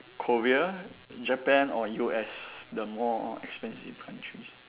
Korea Japan or U_S the more expensive countries